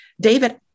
David